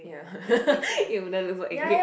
ya it wouldn't look like a